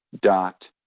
dot